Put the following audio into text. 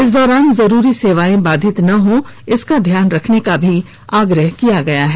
इस दौरान जरुरी सेवाएं बाधित नहीं हो इसका ध्यान रखने का भी आग्रह किया है